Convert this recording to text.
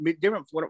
different